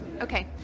Okay